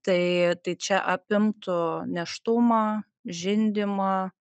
tai tai čia apimtų nėštumą žindymą